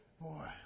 Boy